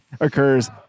occurs